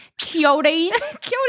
cuties